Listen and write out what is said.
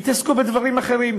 והתעסקו בדברים אחרים.